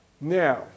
now